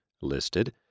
listed